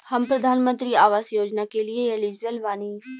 हम प्रधानमंत्री आवास योजना के लिए एलिजिबल बनी?